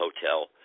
Hotel